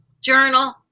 journal